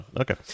okay